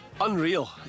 Unreal